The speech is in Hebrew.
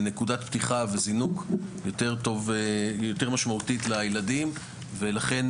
נקודת פתיחה וזינוק יותר משמעותית לילדים ולכן,